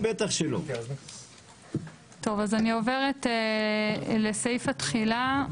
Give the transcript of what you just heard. טוב, אז אני עוברת לסעיף התחילה,